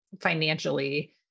financially